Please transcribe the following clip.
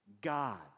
God